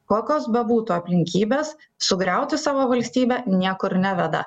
kokios bebūtų aplinkybės sugriauti savo valstybę niekur neveda